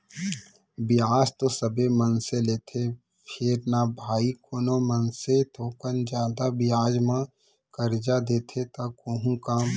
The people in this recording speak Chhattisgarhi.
बियाज तो सबे मनसे लेथें फेर न भाई कोनो मनसे थोकन जादा बियाज म करजा देथे त कोहूँ कम